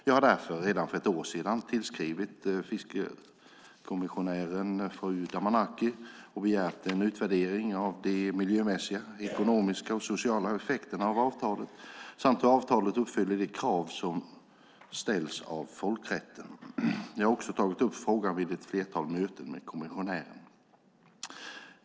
Jag har därför, redan för ett år sedan, tillskrivit fiskekommissionären Damanaki och begärt en utvärdering av de miljömässiga, ekonomiska och sociala effekterna av avtalet samt hur avtalet uppfyller de krav som ställs av folkrätten. Jag har också tagit upp frågan vid ett flertal möten med kommissionären.